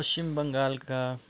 पश्चिम बङ्गालका